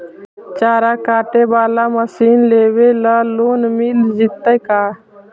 चारा काटे बाला मशीन लेबे ल लोन मिल जितै का?